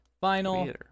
final